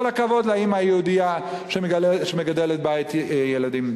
כל הכבוד לאמא היהודייה שמגדלת ילדים.